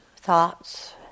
thoughts